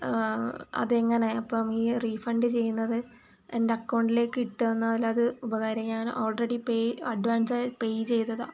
അതെങ്ങനെ ഇപ്പം ഈ റീഫണ്ട് ചെയ്യുന്നത് എൻ്റെ അക്കൗണ്ടിലേക്ക് ഇട്ടു തന്നാലത് ഉപകാരമായി ഞാൻ ഓൾറെഡി പേ അഡ്വാൻസായി പേ ചെയ്തതാണ്